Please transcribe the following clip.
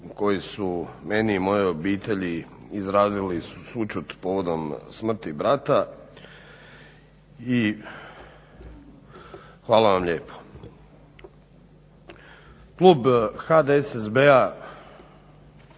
koji su meni i mojoj obitelji izrazili sućut povodom smrti brata i hvala vam lijepo. Klub HDSSB-a